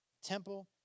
temple